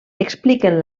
expliquen